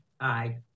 Aye